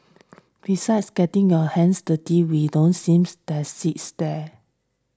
besides getting your hands dirty we don't seems that seats there